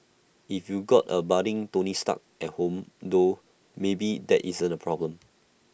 if you got A budding tony stark at home though maybe that isn't A problem